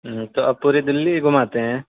ہوں تو آپ پوری دہلی ہی گھماتے ہیں